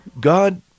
God